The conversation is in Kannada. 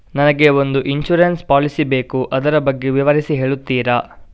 ನನಗೆ ಒಂದು ಇನ್ಸೂರೆನ್ಸ್ ಪಾಲಿಸಿ ಬೇಕು ಅದರ ಬಗ್ಗೆ ವಿವರಿಸಿ ಹೇಳುತ್ತೀರಾ?